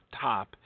top